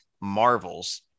marvels